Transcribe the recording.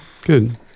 Good